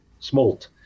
Smolt